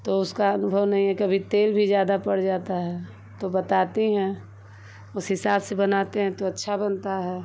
तो उसका अनुभव नहीं है कभी तेल भी ज़्यादा पड़ जाता है तो बताती हैं उस हिसाब से बनाते हैं तो अच्छा बनता है